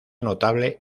notable